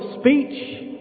speech